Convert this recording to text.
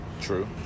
True